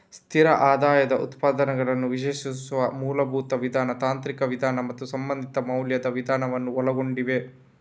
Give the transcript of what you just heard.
ಸ್ಥಿರ ಆದಾಯದ ಉತ್ಪನ್ನಗಳನ್ನು ವಿಶ್ಲೇಷಿಸುವ ಮೂಲಭೂತ ವಿಧಾನ, ತಾಂತ್ರಿಕ ವಿಧಾನ ಮತ್ತು ಸಂಬಂಧಿತ ಮೌಲ್ಯದ ವಿಧಾನವನ್ನು ಒಳಗೊಂಡಿವೆ